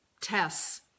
tests